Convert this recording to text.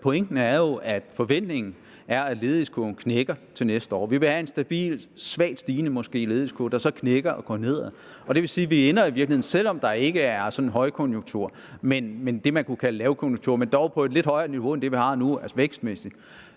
redegørelse – at forventningen er, at ledighedskurven knækker til næste år. Vi vil have en stabil og måske svagt stigende ledighedskurve, der så knækker og går nedad. Det vil sige, at vi i virkeligheden – selv om der ikke er højkonjunktur, men det, man kunne kalde lavkonjunktur, dog på et lidt højere niveau end det, vi har nu, vækstmæssigt